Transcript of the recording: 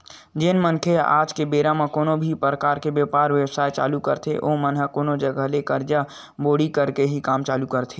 जेन मनखे मन आज के बेरा म कोनो भी परकार के बेपार बेवसाय चालू करथे ओमन ह कोनो जघा ले करजा बोड़ी करके ही काम चालू करथे